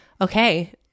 okay